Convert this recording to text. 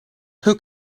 could